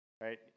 Right